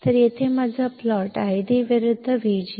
तर येथे माझा प्लॉट ID विरुद्ध VGS आहे ID विरुद्ध VGS